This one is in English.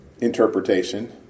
interpretation